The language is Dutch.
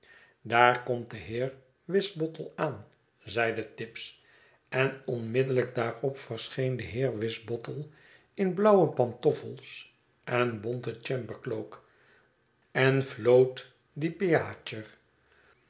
daar komt de heer wisbottle aan zeide tibbs en onmiddellijk daarop verscheen de heer wisbottle in blauwe pantoffels en bonten chambrecloak en floot